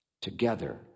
together